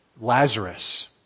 Lazarus